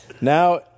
Now